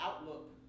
outlook